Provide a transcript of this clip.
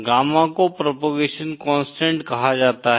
gamma को propagation constant कहा जाता है